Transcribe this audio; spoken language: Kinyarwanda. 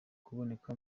kuboneka